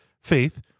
faith